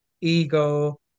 ego